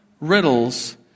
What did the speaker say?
riddles